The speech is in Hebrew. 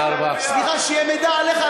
סליחה, שיהיה מידע עליך.